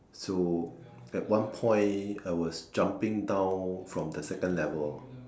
so at one point I was jumping down from the second level